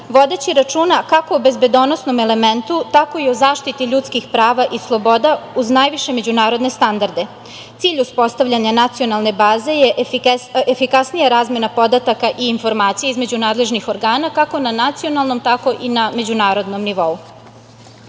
vodeći računa kako o bezbednosnom, tako i o zaštiti ljudskih prava i sloboda uz najviše međunarodne standarde. Cilj uspostavljanja Nacionalne baze je efikasnija razmena podataka i informacija između nadležnih organa, kako na nacionalnom, tako i na međunarodnom